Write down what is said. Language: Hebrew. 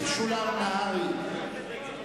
משולם נהרי?